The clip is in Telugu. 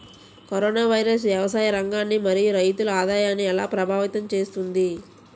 కరోనా వైరస్ వ్యవసాయ రంగాన్ని మరియు రైతుల ఆదాయాన్ని ఎలా ప్రభావితం చేస్తుంది?